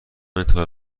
انتقال